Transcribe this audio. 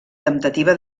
temptativa